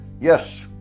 Yes